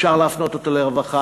אפשר להפנות אותו לרווחה,